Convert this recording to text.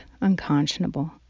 unconscionable